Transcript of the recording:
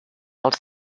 els